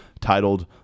titled